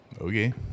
Okay